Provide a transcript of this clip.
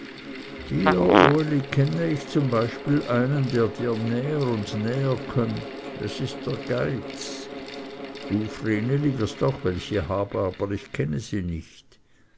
kenne ich zum beispiel einen der dir näher und näher kömmt es ist der geiz du vreneli wirst auch welche haben aber ich kenne sie nicht